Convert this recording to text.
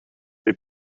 they